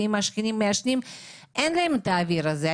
אם השכנים מעשנים אין להם את האוויר הזה.